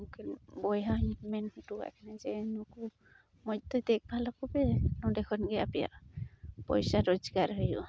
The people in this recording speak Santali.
ᱟᱨ ᱩᱱᱠᱤᱱ ᱵᱚᱭᱦᱟᱧ ᱢᱮᱱ ᱚᱴᱚᱣᱟᱫ ᱠᱤᱱᱟᱹ ᱡᱮ ᱢᱚᱡᱽᱛᱮ ᱫᱮᱠᱷ ᱵᱷᱟᱞᱟᱠᱚ ᱯᱮ ᱚᱸᱰᱮ ᱠᱷᱚᱱᱜᱮ ᱟᱯᱮᱭᱟᱜ ᱯᱚᱭᱥᱟ ᱨᱳᱡᱽᱜᱟᱨ ᱦᱩᱭᱩᱜᱼᱟ